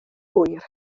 hwyr